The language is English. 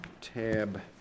tab